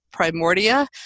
primordia